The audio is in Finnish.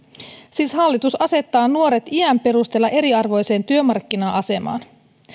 siis hallitus asettaa nuoret iän perusteella eriarvoiseen työmarkkina asemaan